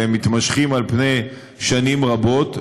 והם מתמשכים על פני שנים רבות,